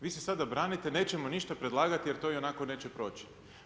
Vi se sada branite nećemo ništa predlagati jer to ionako neće proći.